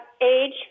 age